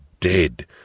dead